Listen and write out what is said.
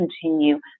continue